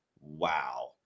Wow